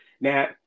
Now